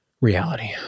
reality